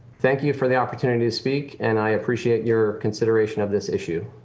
thank you for the opportunity to speak. and i appreciate your consideration of this issue.